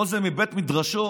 כל זה מבית מדרשו